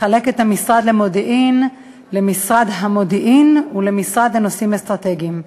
לחלק את משרד המודיעין למשרד המודיעין ולמשרד לנושאים אסטרטגיים.